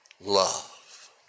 Love